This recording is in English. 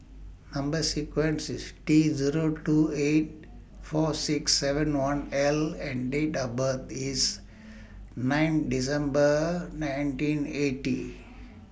Number sequence IS T Zero two eight four six seven one L and Date of birth IS nine December nineteen eighty